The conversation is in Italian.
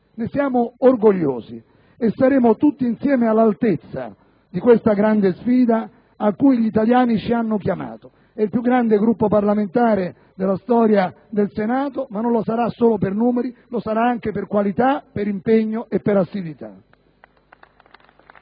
Ne siamo orgogliosi e saremo tutti insieme all'altezza di questa grande sfida a cui gli italiani ci hanno chiamato. È il più grande Gruppo parlamentare della storia del Senato, ma non lo sarà solo per i numeri, lo sarà anche per qualità, impegno ed assiduità.